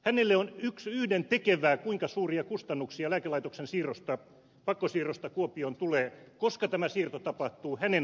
hänelle on yhdentekevää se kuinka suuria kustannuksia lääkelaitoksen pakkosiirrosta kuopioon tulee koska tämä siirto tapahtuu hänen vaalipiirinsä alueelle